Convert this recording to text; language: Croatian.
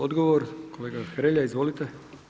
Odgovor kolega Hrelja, izvolite.